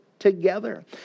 together